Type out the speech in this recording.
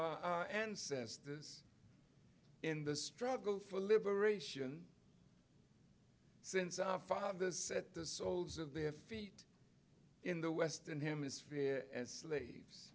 are ancestors in the struggle for liberation since our fathers set the soles of their feet in the western hemisphere as slaves